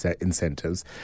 incentives